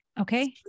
Okay